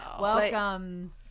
Welcome